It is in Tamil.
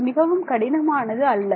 இது மிகவும் கடினமானது அல்ல